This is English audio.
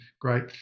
great